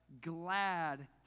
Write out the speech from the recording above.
glad